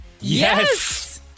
Yes